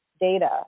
data